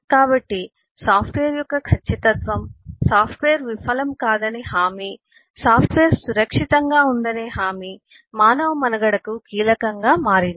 కాబట్టి సాఫ్ట్వేర్ యొక్క ఖచ్చితత్వం సాఫ్ట్వేర్ విఫలం కాదని హామీ సాఫ్ట్వేర్ సురక్షితంగా ఉందనే హామీ మానవ మనుగడకు కీలకంగా మారింది